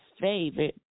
favorite